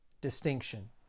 distinction